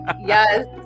Yes